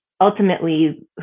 Ultimately